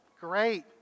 great